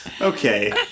Okay